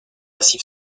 massif